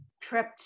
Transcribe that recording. trip